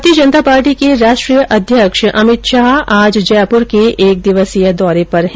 भारतीय जनता पार्टी के राष्ट्रीय अध्यक्ष अमित शाह आज जयपुर के एक दिवसीय दौरे पर हैं